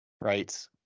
right